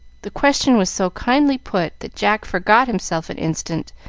the question was so kindly put that jack forgot himself an instant,